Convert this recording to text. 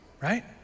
Right